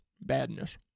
badness